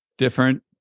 different